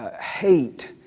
hate